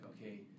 okay